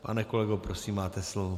Pane kolego, prosím, máte slovo.